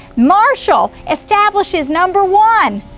marshall establishes, number one,